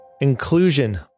inclusion